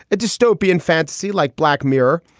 a dystopian fantasy like black mirror,